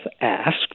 asked